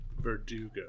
Verdugo